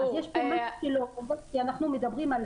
יש פה משהו --- כי אנחנו מדברים על